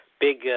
big